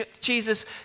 Jesus